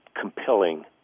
compelling